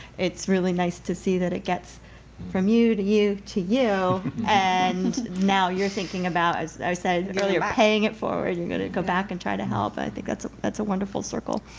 it's really nice to see that it gets from you to you to you and now you're thinking about as i said earlier, paying it forward. you're going to go back and try to help and i think that's that's a wonderful circle.